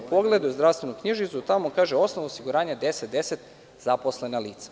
Pogledaju zdravstvenu knjižicu i tamo stoji osnov osiguranja 1010 – zaposlena lica.